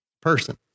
person